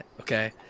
okay